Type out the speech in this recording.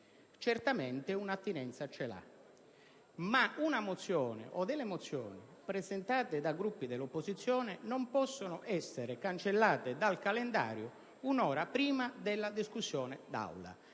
certamente un'attinenza ce l'hanno. Ma delle mozioni presentate da Gruppi dell'opposizione non possono essere cancellate dal calendario un'ora prima della discussione in